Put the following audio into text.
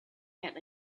yet